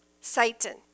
Satan